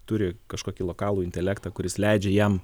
turi kažkokį lokalų intelektą kuris leidžia jam